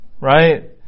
right